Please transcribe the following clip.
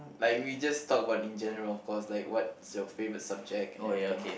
like we just talk about in general of course like what's your favourite subject and everything